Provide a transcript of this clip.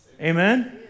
Amen